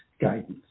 guidance